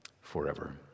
forever